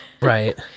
Right